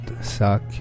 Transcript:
suck